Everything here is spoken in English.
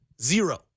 Zero